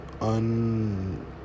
un